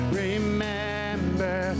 remember